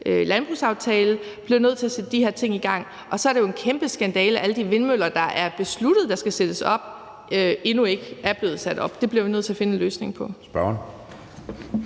landbrugsaftale, bliver nødt til at sætte de her ting i gang. Og så er det jo en kæmpe skandale, at alle de vindmøller, der er besluttet skal sættes op, endnu ikke er blevet sat op. Det bliver vi nødt til at finde en løsning på.